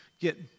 get